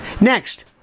Next